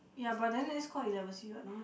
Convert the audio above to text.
ya but then that's called eleven C what no meh